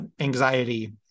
anxiety